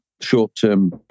short-term